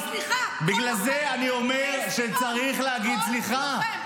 בגלל זה אני אומר שצריך להגיד סליחה.